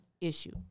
issue